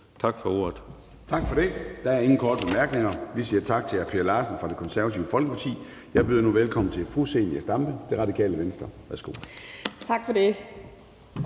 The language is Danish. (Søren Gade): Tak for det. Der er ingen korte bemærkninger. Vi siger tak til hr. Per Larsen fra Det Konservative Folkeparti. Jeg byder nu velkommen til fru Zenia Stampe, Radikale Venstre. Værsgo. Kl.